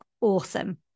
awesome